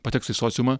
pateks į sociumą